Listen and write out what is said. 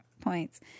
points